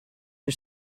are